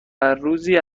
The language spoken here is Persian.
روزی